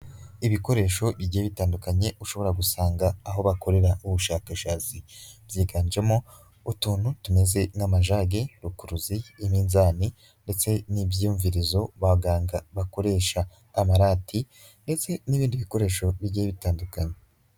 Ibikoreshojyeye bitandukanye, ushobora gusanga aho bakorera ubushakashatsi, byiganjemo, utuntu tumeze n'amajage, rukururuzi, iminzani ndetse n'ibyiyumvirizo, abaganga bakoresha amarati ndetse n'ibindi bikoresho bigiye bitandukanye.